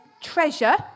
treasure